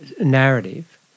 narrative